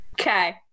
Okay